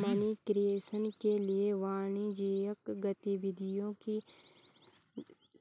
money creation के लिए वाणिज्यिक गतिविधियों को